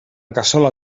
cassola